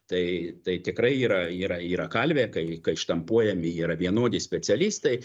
tai tai tikrai yra yra yra kalvė kai kai štampuojami yra vienodi specialistai